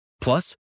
Plus